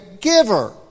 giver